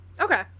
okay